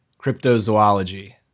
cryptozoology